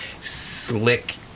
slick